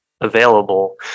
available